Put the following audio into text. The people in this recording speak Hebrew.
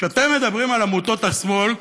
כשאתם מדברים על עמותות השמאל,